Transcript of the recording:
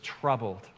troubled